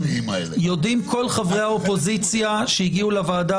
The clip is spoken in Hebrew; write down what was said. יודעים כל חברי האופוזיציה שהגיעו לוועדה